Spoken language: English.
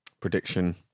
prediction